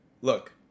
Look